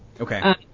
Okay